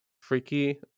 freaky